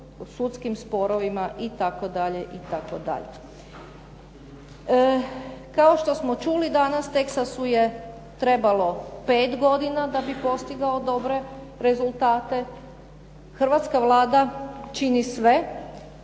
Hrvatska Vlada čini sve,